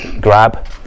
grab